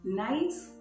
nice